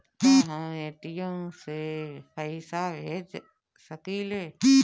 का हम ए.टी.एम से पइसा भेज सकी ले?